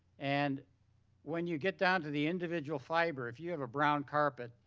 and when you get down to the individual fiber, if you have a brown carpet,